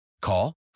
Call